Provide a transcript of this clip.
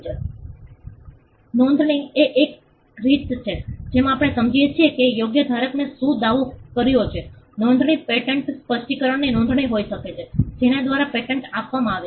નોંધણી એ એક રીત છે જેમાં આપણે સમજી શકીએ કે યોગ્ય ધારકએ શું દાવો કર્યો છે નોંધણી પેટન્ટ સ્પષ્ટીકરણની નોંધણી હોઈ શકે છે જેના દ્વારા પેટન્ટ આપવામાં આવે છે